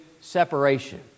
separation